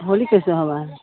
होली कैसे होबऽ हइ